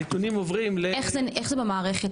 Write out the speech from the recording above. הנתונים עוברים --- איך זה במערכת?